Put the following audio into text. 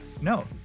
no